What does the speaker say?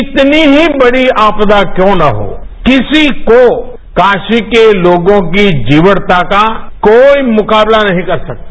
कितनी ही बड़ी आपदा क्यों न हो किसी को काशी के लोगों की जीवटता का कोई मुकाबला नहीं कर सकता